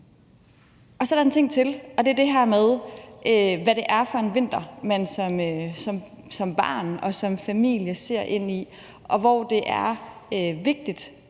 dag. Så er der en ting til, og det er det her med, hvad det er for en vinter, man som barn og som familie ser ind i, og det er vigtigt